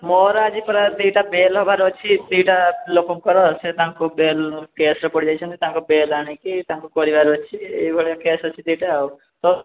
ମୋର ଆଜି ପ୍ରାୟ ଦୁଇଟା ବେଲ୍ ହେବାର ଅଛି ଦୁଇଟା ଲୋକଙ୍କର ସେ ତାଙ୍କୁ ବେଲ୍ କେସ୍ରେ ପଡ଼ିଯାଇଛନ୍ତି ତାଙ୍କୁ ବେଲ୍ ଆଣିକି ତାଙ୍କୁ କରିବାର ଅଛି ଏଇଭଳିଆ କେସ୍ ଅଛି ଦୁଇଟା ଆଉ ତ